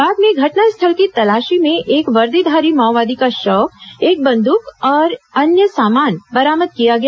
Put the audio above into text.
बाद में घटनास्थल की तलाशी में एक वर्दीधारी माओवादी का शव एक बंद्रक और अन्य सामान बरामद किया गया